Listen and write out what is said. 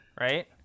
Right